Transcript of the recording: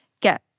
get